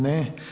Ne.